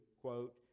quote